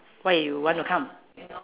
why you want to come